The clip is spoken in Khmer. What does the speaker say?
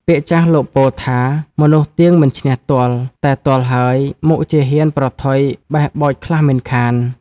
ពាក្យចាស់លោកពោលថា មនុស្សទៀងមិនឈ្នះទ័ល តែទ័លហើយ មុខជាហ៊ានប្រថុយបេះបោចខ្លះមិនខាន ។